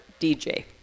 dj